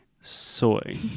Soy